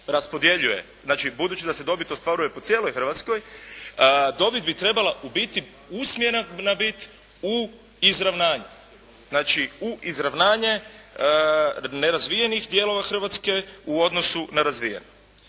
raspodjeljuje, znači budući da se dobit ostvaruje po cijeloj Hrvatskoj, dobit bi trebala u biti usmjerena biti u izravnanje. Znači u izravnanje nerazvijenih dijelova Hrvatske u odnosu na razvijene.